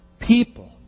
people